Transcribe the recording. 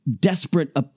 Desperate